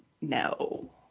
no